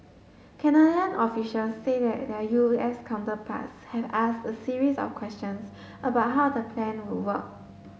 Canadian officials say their U S counterparts have asked a series of questions about how the plan would work